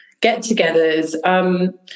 get-togethers